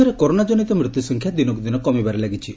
ରାଜ୍ୟରେ କରୋନାଜନିତ ମୃତ୍ୟୁସଂଖ୍ୟା ଦିନକୁ ଦିନ କମିବାରେ ଲାଗିଛି